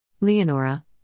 Leonora